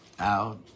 out